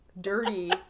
dirty